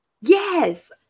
yes